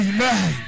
Amen